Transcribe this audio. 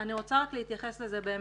אני רוצה רק להתייחס לזה באמת.